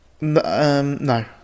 No